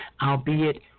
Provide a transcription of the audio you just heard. albeit